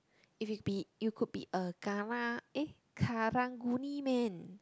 if you be you could be a karang~ eh Karang-Guni man